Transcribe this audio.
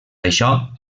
això